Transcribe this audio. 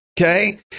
Okay